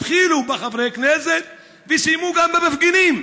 התחילו בחברי הכנסת וסיימו גם במפגינים.